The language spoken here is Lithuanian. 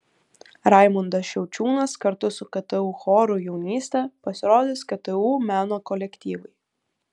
raimundas šiaučiūnas kartu su ktu choru jaunystė pasirodys ktu meno kolektyvai